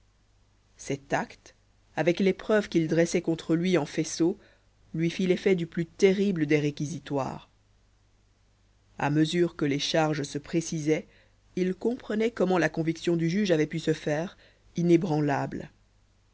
cet acte avec les preuves qu'il dressait contre lui en faisceau lui fit l'effet du plus terrible des réquisitoires à mesure que les charges se précisaient il comprenait comment la conviction du juge avait pu se faire inébranlable